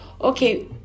Okay